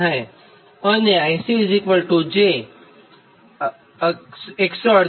અને IC j 148